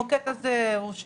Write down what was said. יש